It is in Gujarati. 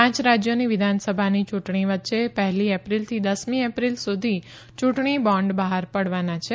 પાંચ રાજ્યોની વિધાનસભાની યૂંટણી વચ્ચે પહેલી ઐપ્રિલથી દસમી એપ્રિલ સુધી યુંટણી બોન્ડ બહાર પડવાના છે